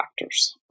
factors